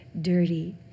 dirty